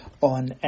on